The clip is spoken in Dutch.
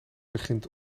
begint